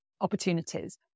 opportunities